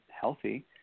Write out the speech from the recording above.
healthy